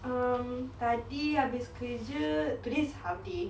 um tadi habis kerja today's half day